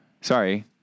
Sorry